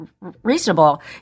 reasonable